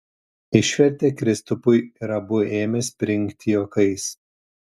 išvertė kristupui ir abu ėmė springti juokais